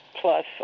plus